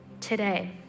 today